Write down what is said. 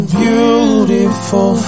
beautiful